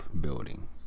building